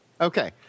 Okay